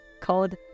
called